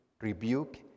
rebuke